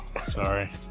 Sorry